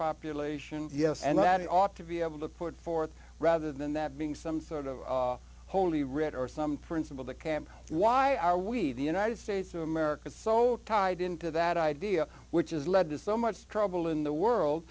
population yes and that it ought to be able to put forth rather than that being some sort of holy writ or some principle that camp why are we the united states of america is so tied into that idea which is led to so much trouble in the world